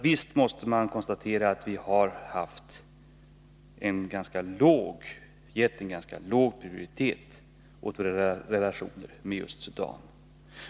Visst måste man då konstatera, att vi länge har gett en ganska låg prioritet åt våra relationer med just Sudan.